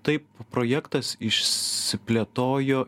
taip projektas išsiplėtojo